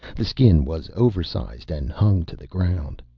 the skin was oversized and hung to the ground.